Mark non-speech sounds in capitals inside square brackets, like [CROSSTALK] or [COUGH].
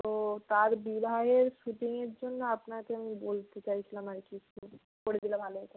তো তার বিবাহের শ্যুটিংয়ের জন্য আপনাকে আমি বলতে চাইছিলাম আর কি [UNINTELLIGIBLE] করে দিলে ভালো হতো